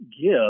give